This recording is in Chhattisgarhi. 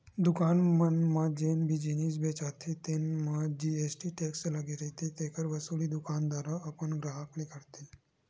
दुकान मन म जेन भी जिनिस बेचाथे तेन म जी.एस.टी टेक्स लगे रहिथे तेखर वसूली दुकानदार ह अपन गराहक ले करथे